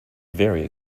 very